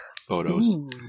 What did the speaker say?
Photos